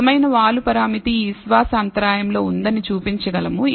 నిజమైన వాలు పరామితి ఈ విశ్వాస అంతరాయంలో ఉందని చూపించగలము